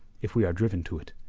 if we are driven to it.